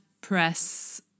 press